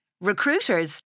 Recruiters